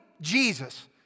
Jesus